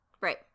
Right